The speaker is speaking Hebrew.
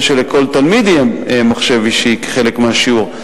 יהיה שלכל תלמיד יהיה מחשב אישי כחלק מהשיעור,